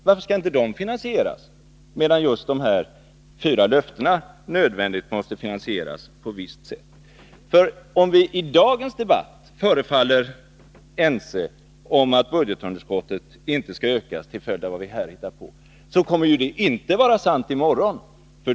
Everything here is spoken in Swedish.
Varför skall inte de finansieras, medan just de fyra löftena nödvändigt måste finansieras på ett visst sätt? Även om vi i dagens debatt förefaller ense om att budgetunderskottet inte skall ökas till följd av vad vi här hittar på, kommer detta inte att vara sant i morgon.